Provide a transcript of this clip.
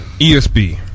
ESB